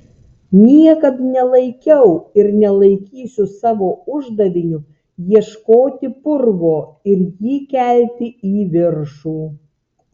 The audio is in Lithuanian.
niekad nelaikiau ir nelaikysiu savo uždaviniu ieškoti purvo ir jį kelti į viršų